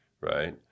right